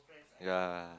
yea